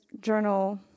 journal